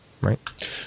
Right